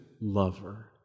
lover